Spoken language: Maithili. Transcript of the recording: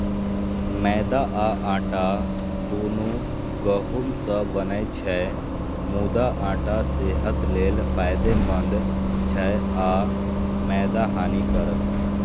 मैदा आ आटा, दुनू गहूम सं बनै छै, मुदा आटा सेहत लेल फायदेमंद छै आ मैदा हानिकारक